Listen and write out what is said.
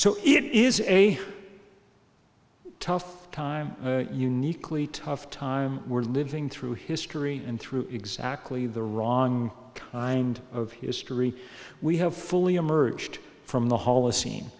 so it is a tough time uniquely tough time we're living through history and through exactly the wrong kind of history we have fully emerged from the h